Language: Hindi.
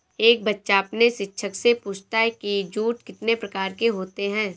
एक बच्चा अपने शिक्षक से पूछता है कि जूट कितने प्रकार के होते हैं?